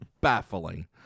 baffling